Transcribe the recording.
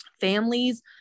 families